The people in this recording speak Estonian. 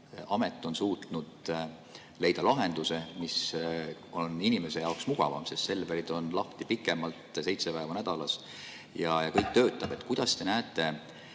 amet on suutnud leida lahenduse, mis on inimese jaoks mugavam, sest Selverid on lahti pikemalt, seitse päeva nädalas. Ja kõik töötab. Kuidas te näete